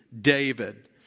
David